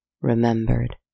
remembered